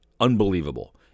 unbelievable